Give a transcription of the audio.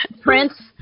Prince